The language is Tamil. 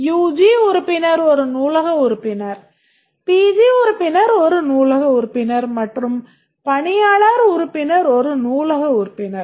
யுஜி உறுப்பினர் ஒரு நூலக உறுப்பினர் பிஜி உறுப்பினர் ஒரு நூலக உறுப்பினர் மற்றும் பணியாளர் உறுப்பினர் ஒரு நூலக உறுப்பினர்